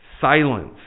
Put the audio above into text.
Silence